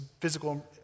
physical